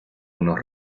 unos